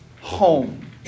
home